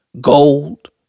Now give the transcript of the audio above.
gold